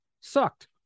sucked